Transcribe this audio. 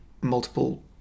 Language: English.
multiple